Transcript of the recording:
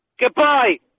Goodbye